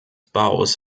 baus